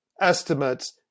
estimates